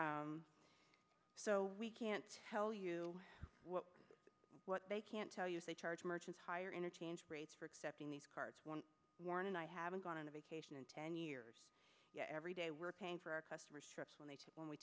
so we can't tell you what they can't tell us they charge merchants higher interchanged rates for accepting these cards one morning i haven't gotten a vacation in ten years yet every day we're paying for our customers trips when they when we